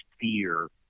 fear